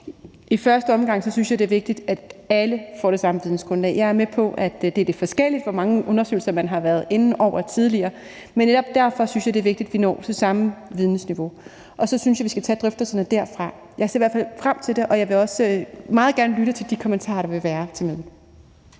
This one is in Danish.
I første omgang synes jeg, at det er vigtigt, at alle får det samme vidensgrundlag. Jeg er med på, at det er lidt forskelligt, hvor mange undersøgelser man har været inde over tidligere, men netop derfor synes jeg, at det er vigtigt, at vi når til samme vidensniveau. Så synes jeg, at vi skal tage drøftelserne derfra. Jeg ser i hvert fald frem til det, og jeg vil også meget gerne lytte til de kommentarer, der vil være til mødet.